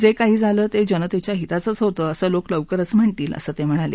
जे काही झालं ते जनतेच्या हिताचंच होत असं लोक लवकरच म्हणतील असं ते म्हणाले